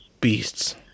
beasts